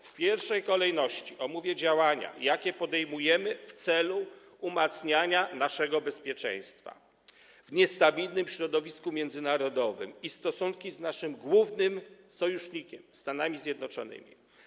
W pierwszej kolejności omówię działania, jakie podejmujemy w celu umacniania naszego bezpieczeństwa w niestabilnym środowisku międzynarodowym, i stosunki z naszym głównym sojusznikiem: Stanami Zjednoczonymi.